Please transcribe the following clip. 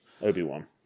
Obi-Wan